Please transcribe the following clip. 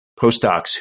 postdocs